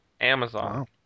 Amazon